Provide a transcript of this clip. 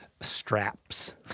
straps